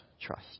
trust